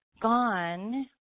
gone